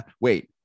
wait